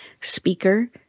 Speaker